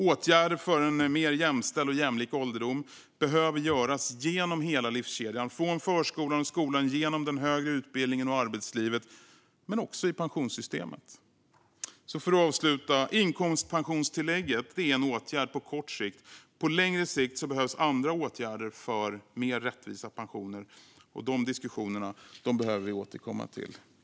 Åtgärder för en mer jämställd och jämlik ålderdom behöver göras genom hela livskedjan från förskolan och skolan, genom den högre utbildningen och arbetslivet, men också i pensionssystemet. För att avsluta: Inkomstpensionstillägget är en åtgärd på kort sikt. På längre sikt behövs andra åtgärder för mer rättvisa pensioner. De diskussionerna behöver vi återkomma till.